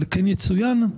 כן יצוין,